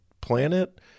planet